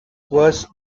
worse